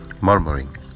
murmuring